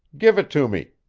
give it to me,